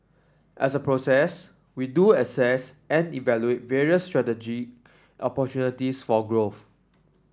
as a process we do assess and evaluate various strategic for growth